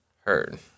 Heard